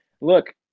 look